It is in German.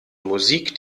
musik